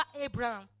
Abraham